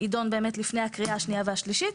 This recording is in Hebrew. יידון באמת לפני הקריאה השנייה והשלישית.